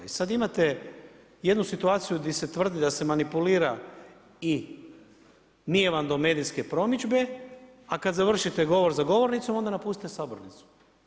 I sada imate jednu situaciju gdje se tvrdi da se manipulira i nije vam do medijske promidžbe, a kada završite govor za govornicom onda napustite sabornicu.